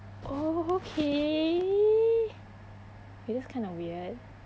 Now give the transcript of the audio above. oh okay wait that's kinda weird